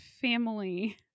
family